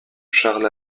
charles